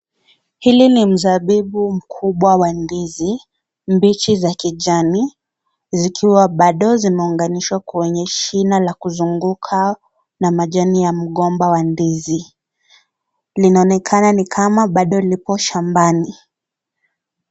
Hili ni mzabibu mkubwa wa ndizi mbichi za kijani zikiwa bado zimeunganishwa kwenye shina la kuzunguka na majani ya mgomba wa ndizi linaonekana ni kama bado lipo shambani.